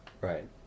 Right